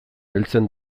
heltzen